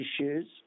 issues